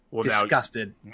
Disgusted